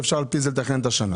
ואפשר על פי זה לתכנן את השנה.